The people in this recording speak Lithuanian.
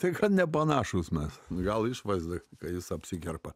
tai kad nepanašūs mes n gal išvaizda kai jis apsikerpa